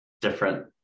different